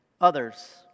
others